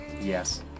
Yes